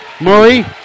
Murray